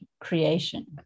creation